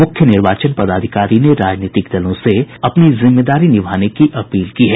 मुख्य निर्वाचन पदाधिकारी ने राजनीतिक दलों से अपनी जिम्मेदारी निभाने की अपील की है